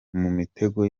mitego